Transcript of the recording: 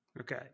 Okay